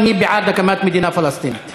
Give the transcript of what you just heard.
מי בעד הקמת מדינה פלסטינית?